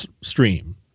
stream